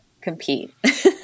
compete